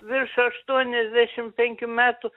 virš aštuoniasdešimt penkių metų